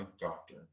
doctor